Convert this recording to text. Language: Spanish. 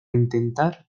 intentar